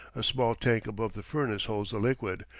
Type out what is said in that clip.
a small tank above the furnace holds the liquid,